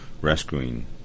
rescuing